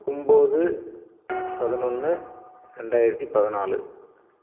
ஒம்பது பதினொன்று ரெண்டாயிரத்து பதினாலு